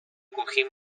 cojín